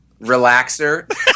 relaxer